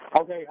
Okay